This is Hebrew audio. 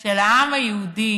של העם היהודי,